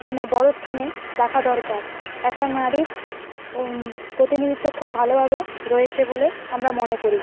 মানে বড় স্থানে রাখা দরকার একটি নারীর প্রতিনিধিত্ব খুব ভালোভাবে রয়েছে বলে আমরা মনে করি